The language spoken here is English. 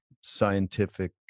scientific